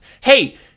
Hey